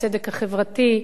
הצדק החברתי,